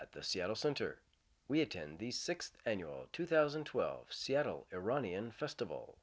at the seattle center we attend the sixth annual two thousand and twelve seattle iranian festival